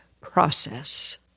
process